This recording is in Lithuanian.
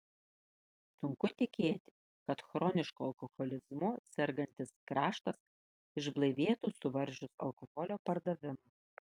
sunku tikėti kad chronišku alkoholizmu sergantis kraštas išblaivėtų suvaržius alkoholio pardavimą